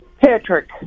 Patrick